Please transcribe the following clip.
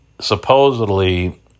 supposedly